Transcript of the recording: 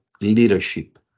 leadership